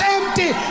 empty